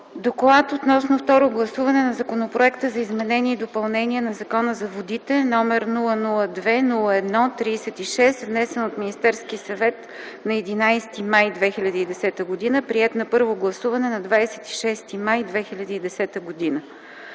„ДОКЛАД относно второ гласуване на Законопроект за изменение и допълнение на Закона за водите № 002-01-36, внесен от Министерския съвет на 11 май 2010 г., приет на първо гласуване на 26 май 2010 г.